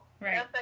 Right